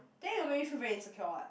then you will feel very insecure what